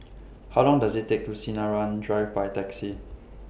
How Long Does IT Take to get to Sinaran Drive By Taxi